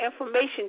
information